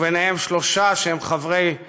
וביניהם שלושה שהם חברי סיעתנו: